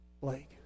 Blake